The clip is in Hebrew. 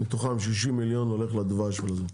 מתוכם 60 מיליון הולך לדבש ולזית,